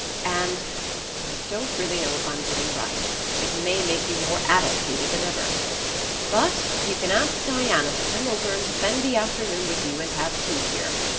and i don't really know if i'm doing right it may make you more addlepated than ever but you can ask diana to come over and spend the afternoon with you and have tea here.